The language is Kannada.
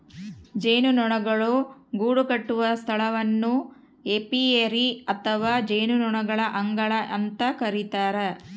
ಜೇನುನೊಣಗಳು ಗೂಡುಕಟ್ಟುವ ಸ್ಥಳವನ್ನು ಏಪಿಯರಿ ಅಥವಾ ಜೇನುನೊಣಗಳ ಅಂಗಳ ಅಂತ ಕರಿತಾರ